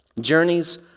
Journeys